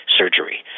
surgery